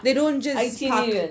they don't just come